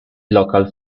local